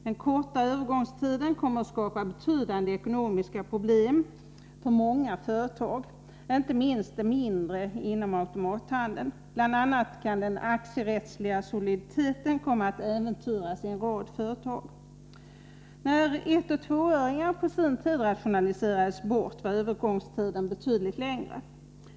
Den korta övergångstiden kommer att skapa betydande ekonomiska problem för många företag, inte minst de mindre inom automathandeln. Bl. a. kan den aktierättsliga soliditeten komma att äventyras i en rad företag. När 1 och 2-öringarna på sin tid rationaliserades bort var övergångstiden betydligt längre.